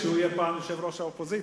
שהוא יהיה פעם יושב-ראש האופוזיציה.